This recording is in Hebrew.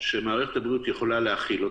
שמערכת הבריאות יכולה להכיל אותה,